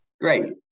Great